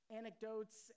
anecdotes